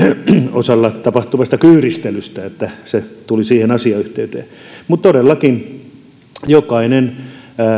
osalla tapahtuvasta kyyristelystä eli se tuli siihen asiayhteyteen todellakin jokainen